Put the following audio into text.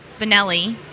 Benelli